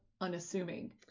unassuming